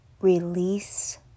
release